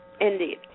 indeed